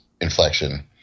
inflection